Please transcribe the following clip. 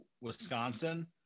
Wisconsin